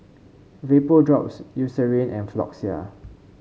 Vapodrops Eucerin and Floxia